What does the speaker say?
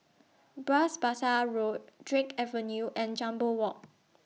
Bras Basah Road Drake Avenue and Jambol Walk